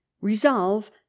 resolve